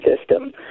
system